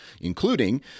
including